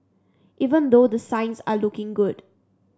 even though the signs are looking good